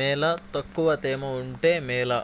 మేలా తక్కువ తేమ ఉంటే మేలా?